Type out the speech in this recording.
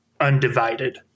undivided